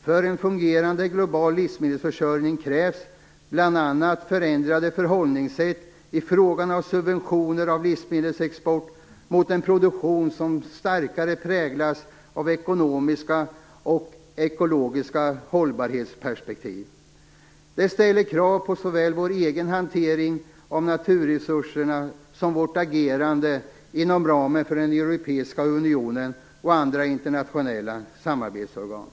För en fungerande global livsmedelsförsörjning krävs bl.a. förändrade förhållningssätt i frågan om subventioner av livsmedelsexport mot en produktion som starkare präglas av ekonomiska och ekologiska hållbarhetsperspektiv. Detta ställer krav på såväl vår egen hantering av naturresurserna som vårt agerande inom ramen för den europeiska unionen och andra internationella samarbetsorgan.